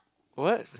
what